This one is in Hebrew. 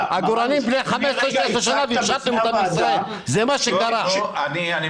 סליחה מר אלוש,